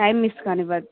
time miss కానివ్వదు